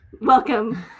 Welcome